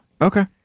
Okay